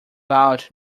bowed